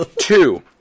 two